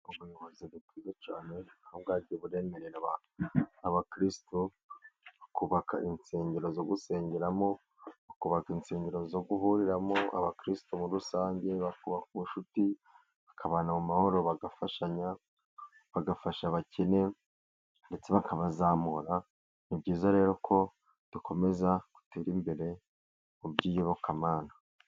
Ubuyobozi bwiza cyane bwagira buremerera abakirisutu, kubaka insengero zo gusengeramo; bakubaka insengero zo guhuriramo abakirisitu muri rusange bakubaka ubucuti, bakabana mu mahoro, bagafashanya, bagafasha abakene ndetse bakazamura, ni byiza rero ko dukomeza gutera imbere mu by' iyobokamana.